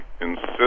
insist